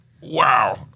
Wow